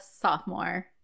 sophomore